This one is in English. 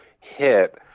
hit